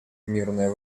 мирное